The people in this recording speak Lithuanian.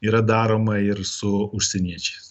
yra daroma ir su užsieniečiais